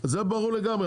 זה ברור לגמרי.